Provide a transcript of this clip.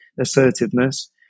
assertiveness